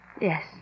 Yes